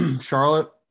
Charlotte